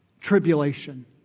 tribulation